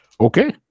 Okay